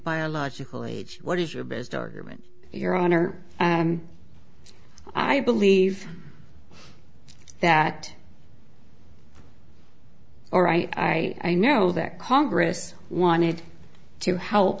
biological age what is your best argument your honor and i believe that or i know that congress wanted to help